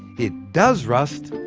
it does rust,